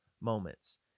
moments